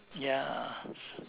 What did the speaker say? ya